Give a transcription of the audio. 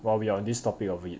while we on this topic of it